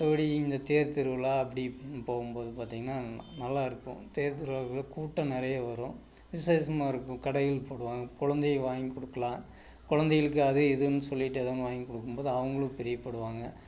மற்றப்படி அந்த தேர் திருவிழா அப்படி இப்படின்னு போகும் போது பார்த்தீங்கனா நல்லாயிருக்கும் தேர் திருவிழாவுல கூட்டம் நிறையா வரும் விஷேசமா இருக்கும் கடைகள் போடுவாங்க கொழந்தைகள் வாங்கி கொடுக்கலாம் கொழந்தைகளுக்கு அது இதுன்னு சொல்லிவிட்டு ஏதோ ஒன்று வாங்கி கொடுக்கும் போது அவங்களும் பிரியப்படுவாங்க